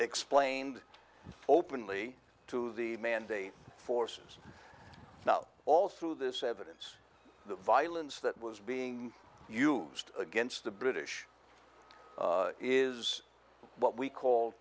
explained openly to the mandate forces now all through this evidence the violence that was being used against the british is what we call